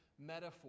metaphor